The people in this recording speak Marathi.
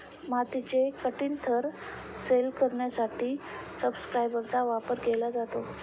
मातीचे कठीण थर सैल करण्यासाठी सबसॉयलरचा वापर केला जातो